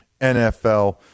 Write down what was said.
NFL